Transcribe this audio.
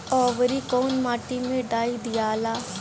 औवरी कौन माटी मे डाई दियाला?